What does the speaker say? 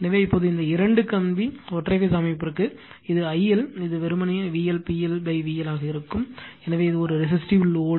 எனவே இப்போது இந்த இரண்டு கம்பி ஒற்றை பேஸ் அமைப்புக்கு இது I L வெறுமனே VL PL VL ஆக இருக்கும் எனவே இது ஒரு ரெசிஸ்டிவ் லோடு